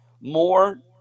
More